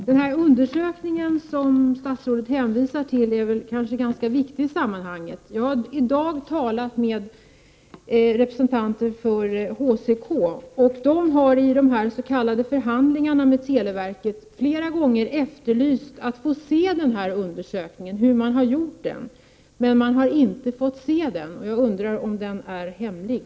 Herr talman! Den undersökning som statsrådet hänvisar till är kanske viktig i sammanhanget. Jag har i dag talat med representanter för HCK, och de har i de s.k. förhandlingarna med televerket flera gånger begärt att få se undersökningen och få veta hur den har genomförts. Men man har inte fått se den. Jag undrar därför om den är hemlig.